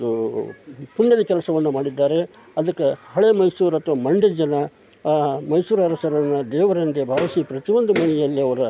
ಒಂದು ಪುಣ್ಯದ ಕೆಲಸವನ್ನ ಮಾಡಿದ್ದಾರೆ ಅದಕ್ಕೆ ಹಳೇ ಮೈಸೂರು ಹತ್ರ ಮಂಡ್ಯದ ಜನ ಮೈಸೂರು ಅರಸರನ್ನು ದೇವರೆಂದೇ ಭಾವಿಸಿ ಪ್ರತಿಯೊಂದು ಮನೆಯಲ್ಲಿ ಅವರ